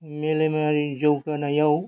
मेलेमारि जौगानायाव